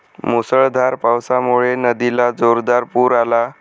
मुसळधार पावसामुळे नदीला जोरदार पूर आला